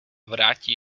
vrátí